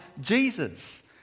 Jesus